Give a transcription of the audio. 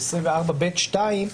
ב-24(ב)(2),